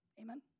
amen